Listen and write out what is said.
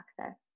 access